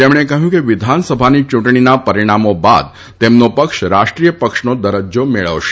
તેમણે કહ્યું કે વિધાનસભાની ચૂંટણીના પરિણામો બાદ તેમનો પક્ષ રાષ્ટ્રીય પક્ષનો દરજ્જો મેળવશે